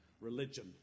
religion